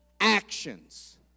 actions